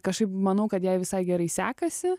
kažkaip manau kad jai visai gerai sekasi